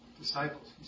disciples